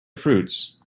fruits